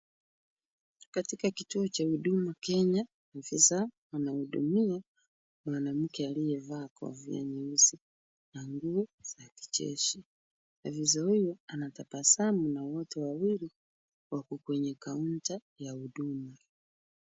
Katika kituo cha hudumu Kenya, ofisa anahudumia mwanamke aliyevaa kofia nyeusi, na nguo za kijeshi. HOfisa huyo anatabasamu na watu wawili kwa kukwenye counter ya udumu.